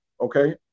okay